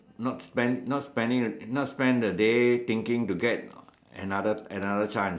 not spend not spending not spend the day thinking to get another another chance